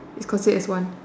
is considered as one